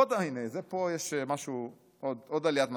פה יש עוד עליית מדרגה.